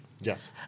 Yes